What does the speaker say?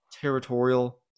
territorial